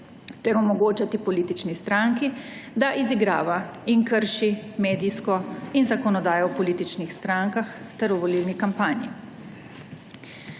ter omogočati politični stranki, da izigrava in krši medijsko in zakonodajo o političnih strankah ter o volilni kampanji.